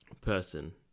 person